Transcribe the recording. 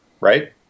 Right